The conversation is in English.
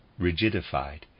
rigidified